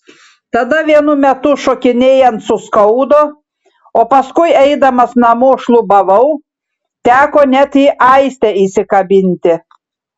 tada vienu metu šokinėjant suskaudo o paskui eidamas namo šlubavau teko net į aistę įsikabinti